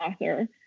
author